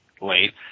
late